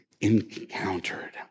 encountered